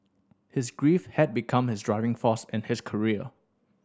his grief had become his driving force in his career